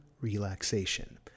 relaxation